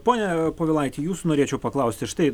pone povilaiti jūsų norėčiau paklausti štai